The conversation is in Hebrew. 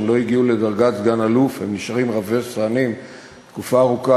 לא הגיע לדרגת סגן-אלוף והם נשארים רבי-סרנים תקופה ארוכה.